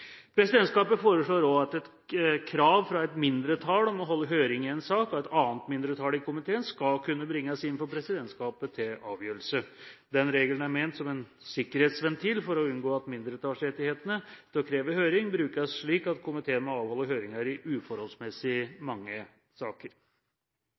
Presidentskapet foreslår også at et krav fra et mindretall om å holde høring i en sak skal av et annet mindretall i komiteen kunne bringes inn for presidentskapet for avgjørelse. Den regelen er ment som en sikkerhetsventil for å unngå at mindretallsrettighetene til å kreve høring brukes slik at komiteen må avholde høringer i uforholdsmessig